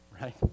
Right